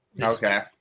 Okay